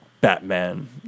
Batman